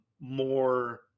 more